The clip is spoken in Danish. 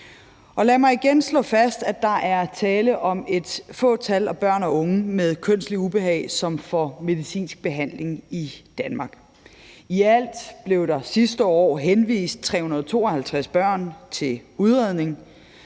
Lad mig igen slå fast, at der er tale om et fåtal af børn og unge med kønsligt ubehag, som får medicinsk behandling i Danmark. I alt blev der sidste år henvist 352 børn til udredning,